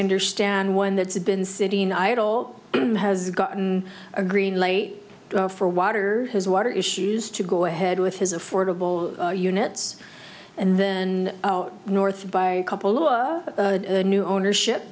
understand one that's been sitting idle has gotten a green light for water his water issues to go ahead with his affordable units and then north by a couple of the new ownership